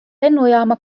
lennujaama